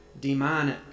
demonic